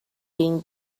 being